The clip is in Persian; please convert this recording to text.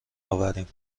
آوریم